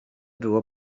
było